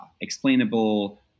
explainable